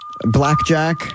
Blackjack